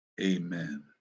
Amen